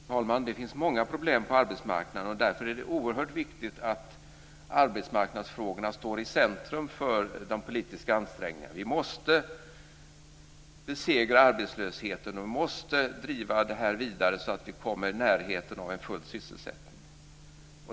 Fru talman! Det finns många problem på arbetsmarknaden. Därför är det oerhört viktigt att arbetsmarknadsfrågorna står i centrum för de politiska ansträngningarna. Vi måste besegra arbetslösheten. Vi måste driva det här vidare så att vi kommer i närheten av en full sysselsättning.